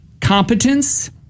Competence